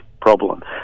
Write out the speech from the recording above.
problem